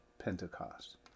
Pentecost